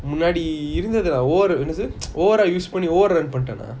முன்னாடி இருந்தாதுளம் என்னது:munaadi irunthaathulam ennathu over eh use பண்ணி:panni ruin பண்ணிட்டான்:panitana